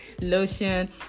lotion